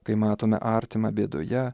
kai matome artimą bėdoje